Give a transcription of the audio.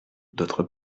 d’autre